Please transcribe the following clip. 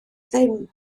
ddim